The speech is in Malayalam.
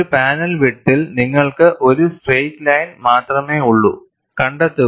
ഒരു പാനൽ വിഡ്ത്തിൽ നിങ്ങൾക്ക് ഒരു സ്ട്രെയിറ്റ് ലൈൻ മാത്രമേയുള്ളൂ കണ്ടെത്തുക